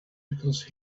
because